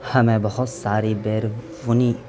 ہمیں بہت ساری بیرونی